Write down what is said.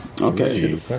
Okay